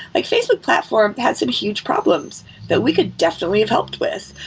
like facebook platform had some huge problems that we could definitely have helped with,